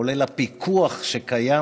כולל הפיקוח שקיים,